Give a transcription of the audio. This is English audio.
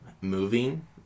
moving